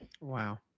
Wow